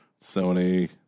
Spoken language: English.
Sony